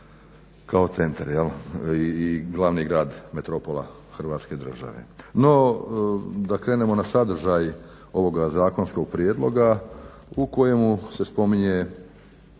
kao centar i glavni grad, metropola Hrvatske države. No, da krenemo na sadržaj ovoga zakonskog prijedloga u kojemu se spominje,